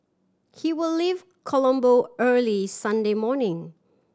he will leave Colombo early Sunday morning